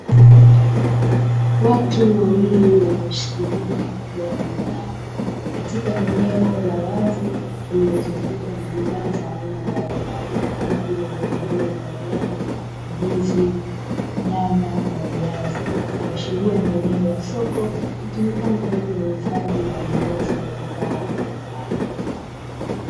Watu wawili walioshikilia moja ya bidhaa lenye bidhaa mbakimbali likitumika kama eneo la soko